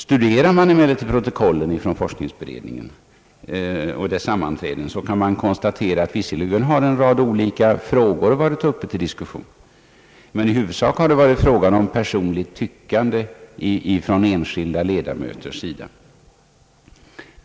Studerar man emellertid protokollen från forskningsberedningens sammanträden kan man konstatera, att visserligen har en rad olika frågor varit uppe till diskussion, men i huvudsak har det varit personligt tyckande från enskilda ledamöter.